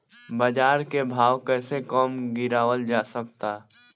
बाज़ार के भाव कैसे कम गीरावल जा सकता?